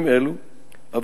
במלים אחרות,